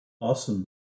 Awesome